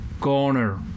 corner